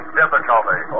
difficulty